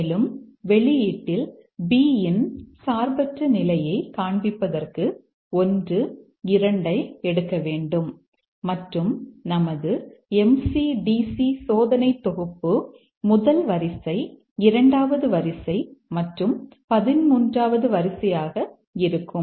மேலும் வெளியீட்டில் B இன் சார்பற்ற நிலையை காண்பிப்பதற்கு 1 2 ஐ எடுக்க வேண்டும் மற்றும் நமது MC DC சோதனை தொகுப்பு முதல் வரிசை இரண்டாவது வரிசை மற்றும் மூன்றாவது வரிசையாக இருக்கும்